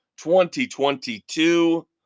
2022